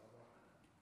תודה רבה.